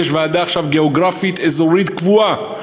יש עכשיו ועדה גיאוגרפית אזורית קבועה,